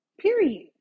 Period